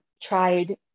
tried